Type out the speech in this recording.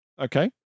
Okay